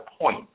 point